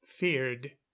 feared